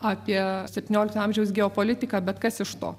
apie septyniolikto amžiaus geopolitiką bet kas iš to